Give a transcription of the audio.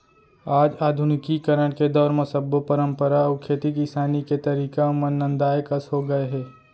आज आधुनिकीकरन के दौर म सब्बो परंपरा अउ खेती किसानी के तरीका मन नंदाए कस हो गए हे